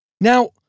Now